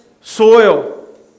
soil